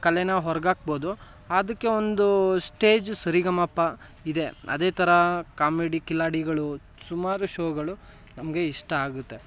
ಕಲೆನ ಹೊರಹಾಕ್ಬೋದು ಅದಕ್ಕೆ ಒಂದು ಸ್ಟೇಜು ಸ ರಿ ಗ ಮ ಪ ಇದೆ ಅದೇ ಥರ ಕಾಮಿಡಿ ಕಿಲಾಡಿಗಳು ಸುಮಾರು ಶೋಗಳು ನಮಗೆ ಇಷ್ಟ ಆಗುತ್ತೆ